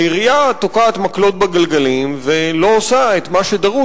העירייה תוקעת מקלות בגלגלים ולא עושה את מה שדרוש